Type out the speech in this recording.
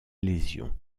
lésions